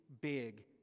big